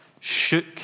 shook